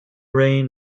reign